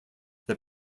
that